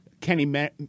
Kenny